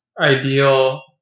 ideal